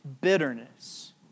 bitterness